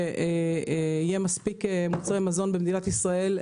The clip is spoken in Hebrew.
לוודא שיהיו מספיק מוצרי מזון במדינת ישראל,